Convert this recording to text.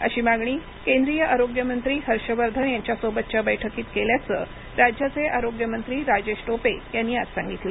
अशी मागणी केंद्रीय आरोग्यमंत्री हर्षवर्धन यांच्या सोबतच्या बैठकीत केल्याचं राज्याचे आरोग्य मंत्री राजेश टोपे यांनी आज सांगितलं